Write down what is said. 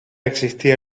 existía